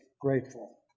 grateful